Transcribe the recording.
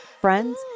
Friends